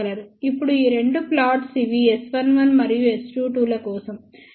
ఇప్పుడు ఈ రెండు ప్లాట్స్ ఇవి S11 మరియు S22 ల కోసం